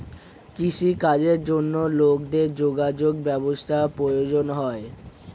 কৃষি কাজের জন্য লোকেদের যোগাযোগ ব্যবস্থার প্রয়োজন হয়